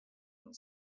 and